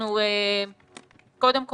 קודם כל,